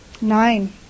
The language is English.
nine